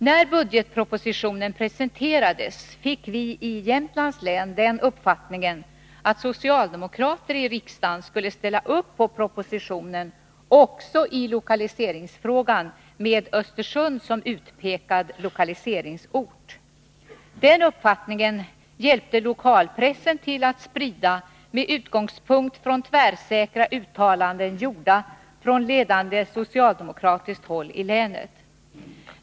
När budgetpropositionen presenterades fick vi i Jämtlands län den uppfattningen att socialdemokrater i riksdagen skulle ställa upp på propositionen också i lokaliseringsfrågan — med Östersund som utpekad lokaliseringsort. Den uppfattningen hjälpte lokalpressen till att sprida med utgångspunkti tvärsäkra uttalanden, gjorda från ledande socialdemokratiskt håll i länet.